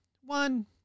One